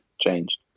changed